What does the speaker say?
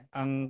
ang